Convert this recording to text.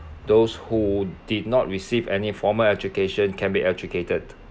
those who did not receive any formal education can be educated